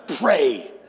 Pray